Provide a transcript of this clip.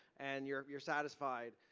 and you're you're satisfied,